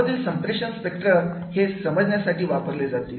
यामधील संप्रेषण स्पेक्ट्रम हे समजण्यासाठी वापरले जातील